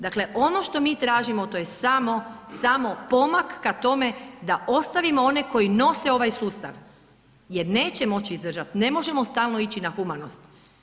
Dakle, ono što mi tražimo to je samo, samo pomak ka tome da ostavimo one koji nose ovaj sustav jer neće moći izdržat, ne možemo stalno ići na humanost.